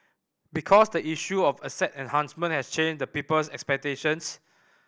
because the issue of asset enhancement has changed the people's expectations